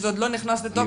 שזה עוד לא נכנס לתוקף,